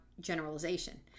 generalization